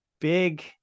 big